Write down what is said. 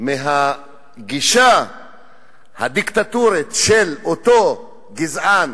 מהגישה הדיקטטורית של אותו גזען,